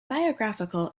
biographical